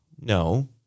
No